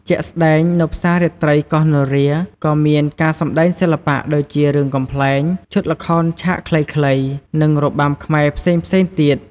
ជាក់ស្តែងនៅផ្សាររាត្រីកោះនរា ក៏មានការសម្តែងសិល្បៈដូចជារឿងកំប្លែង ឈុតល្ខោនឆាកខ្លីៗ និងរបាំខ្មែរផ្សេងៗទៀត។